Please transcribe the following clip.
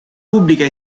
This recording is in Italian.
pubblica